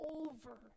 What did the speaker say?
over